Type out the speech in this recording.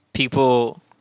People